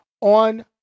on